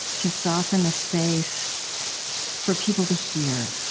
to soften the space for people to hear.